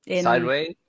Sideways